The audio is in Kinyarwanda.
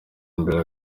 imbere